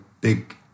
big